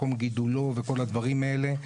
מקום גידולו וכל הדברים האלה.